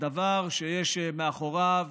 זה דבר שיש מאחוריו